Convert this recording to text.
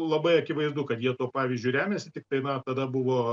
labai akivaizdu kad jie tuo pavyzdžiu remiasi tiktai na tada buvo